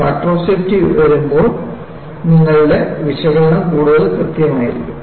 factor of safety വരുമ്പോൾ നിങ്ങളുടെ വിശകലനം കൂടുതൽ കൃത്യമായിരിക്കണം